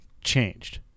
changed